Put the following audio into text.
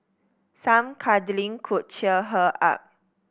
some cuddling could cheer her up